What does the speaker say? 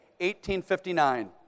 1859